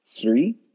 three